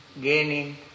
gaining